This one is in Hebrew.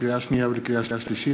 לקריאה שנייה ולקריאה שלישית,